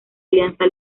alianza